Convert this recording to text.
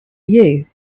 you